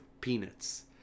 peanuts